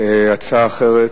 הצעה אחרת.